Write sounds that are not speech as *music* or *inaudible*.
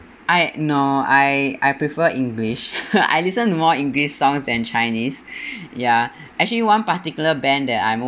I no I I prefer english *laughs* I listen to more english songs than chinese ya actually one particular band that I'm